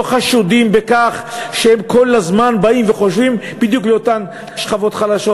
לא חשודים בכך שהם כל הזמן באים וחושבים בדיוק על אותן שכבות חלשות,